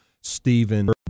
Stephen